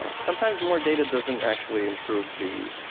ah sometimes more data doesn't actually improve the